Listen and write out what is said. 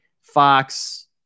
Fox